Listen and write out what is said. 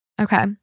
Okay